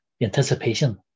Anticipation